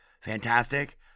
fantastic